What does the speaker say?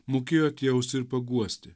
mokėjo atjausti ir paguosti